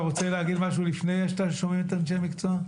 אתה רוצה להגיד משהו לפני ששומעים את אנשי המקצוע?